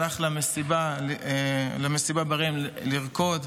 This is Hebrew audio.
הלך למסיבה ברעים לרקוד,